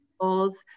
goals